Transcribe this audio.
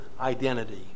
identity